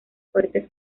fuerte